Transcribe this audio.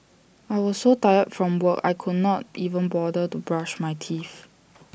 I was so tired from work I could not even bother to brush my teeth